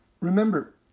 remember